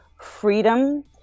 freedom